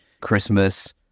Christmas